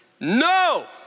No